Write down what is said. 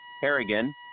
Harrigan